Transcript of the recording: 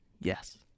Yes